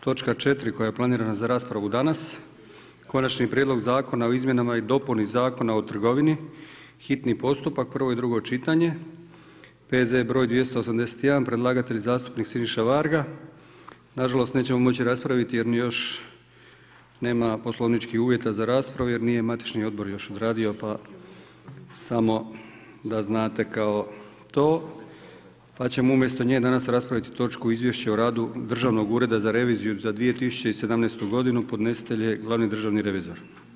Točka 4. koja je planirana za raspravu danas Konačni prijedlog zakona o izmjenama i dopuni Zakona o trgovini, hitni postupak, prvo i drugo čitanje, P.Z. br. 281, predlagatelj zastupnik Siniša Varga, nažalost nećemo moći raspraviti jer još nema poslovničkih uvjeta za raspravu jer nije matični odbor još odradio pa samo da znate kao to, pa ćemo umjesto nje danas raspraviti točku Izvješće o radu Državnog ureda za reviziju za 2017. godinu, podnositelj je glavni državni revizor.